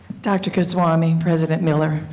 dr. goswami, president miller,